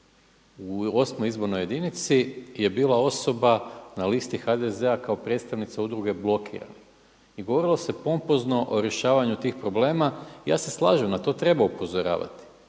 U VIII. izbornoj jedinici je bila osoba na listi HDZ-a kao predstavnica udruge blokiranih. I govorilo se pompozno o rješavanju tih problema. Ja se slažem, na to treba upozoravati